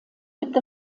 gibt